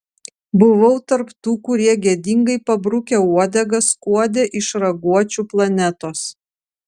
buvau tarp tų kurie gėdingai pabrukę uodegas skuodė iš raguočių planetos